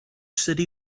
city